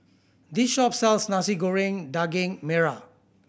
this shop sells Nasi Goreng Daging Merah